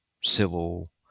civil